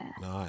Nice